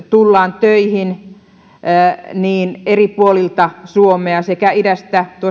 tullaan töihin eri puolilta suomea sekä idästä